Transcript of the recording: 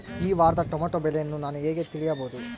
ಈ ವಾರದ ಟೊಮೆಟೊ ಬೆಲೆಯನ್ನು ನಾನು ಹೇಗೆ ತಿಳಿಯಬಹುದು?